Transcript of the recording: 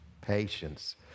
patience